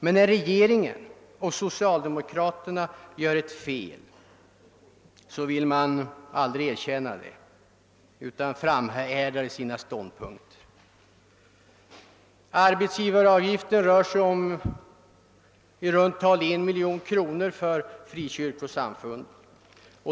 Men när regeringen och socialdemokraterna gör ett fel så vill man aldrig erkänna det utan framhärdar i sina ståndpunkter. Arbetsgivaravgiften gäller i runt tal 1 miljon kronor för frikyrkosamfunden.